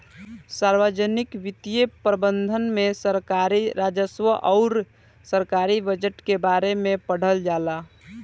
सार्वजनिक वित्तीय प्रबंधन में सरकारी राजस्व अउर सरकारी बजट के बारे में पढ़ल जाला